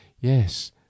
Yes